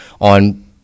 on